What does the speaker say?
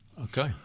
Okay